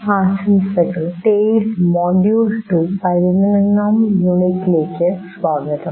ആശംസകൾ TALE module 211ാം യൂണിറ്റ്ലേക്ക് സ്വാഗതം